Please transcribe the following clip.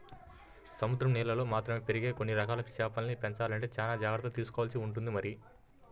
సముద్రం నీళ్ళల్లో మాత్రమే పెరిగే కొన్ని రకాల చేపల్ని పెంచాలంటే చానా జాగర్తలు తీసుకోవాల్సి ఉంటుంది మరి